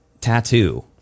tattoo